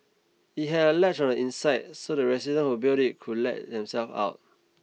it had a latch on the inside so the residents who built it could let themselves out